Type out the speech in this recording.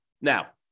Now